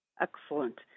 Excellent